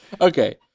Okay